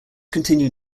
continue